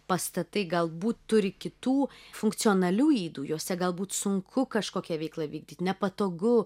pastatai galbūt turi kitų funkcionalių ydų juose galbūt sunku kažkokią veiklą vykdyt nepatogu